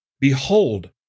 Behold